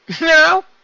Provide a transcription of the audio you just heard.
No